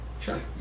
Sure